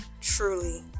truly